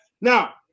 Now